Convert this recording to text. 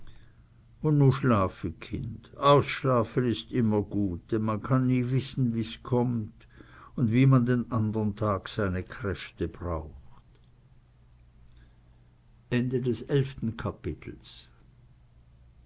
un nu schlafe kind ausschlafen is immer gut denn man kann nie wissen wie's kommt un wie man den andern tag seine kräfte braucht